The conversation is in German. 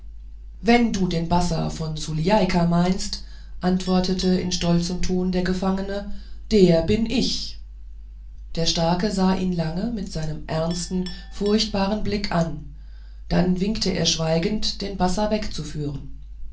wenn du den bassa von sulieika meinst antwortete in stolzem ton der gefangene der bin ich der starke sah ihn lange mit seinem ernsten furchtbaren blick an dann winkte er schweigend den bassa wegzuführen